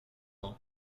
nom